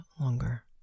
longer